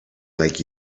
like